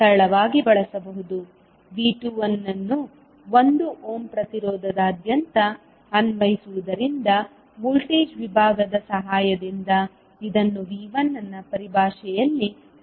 V2 ಅನ್ನು 1 ohm ಪ್ರತಿರೋಧದಾದ್ಯಂತ ಅನ್ವಯಿಸುವುದರಿಂದ ವೋಲ್ಟೇಜ್ ವಿಭಾಗದ ಸಹಾಯದಿಂದ ಇದನ್ನು V1 ನ ಪರಿಭಾಷೆಯಲ್ಲಿ ಪ್ರತಿನಿಧಿಸಬಹುದು